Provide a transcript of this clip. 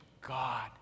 God